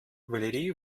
valerie